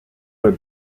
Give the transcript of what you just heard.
were